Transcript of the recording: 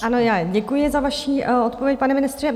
Ano, já děkuji za vaši odpověď, pane ministře.